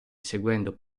seguendo